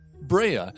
Brea